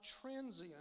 transient